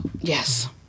yes